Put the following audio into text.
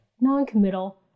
Non-committal